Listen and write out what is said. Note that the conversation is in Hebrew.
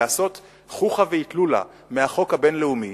לעשות חוכא ואטלולא מהחוק הבין-לאומי,